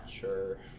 Sure